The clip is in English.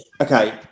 okay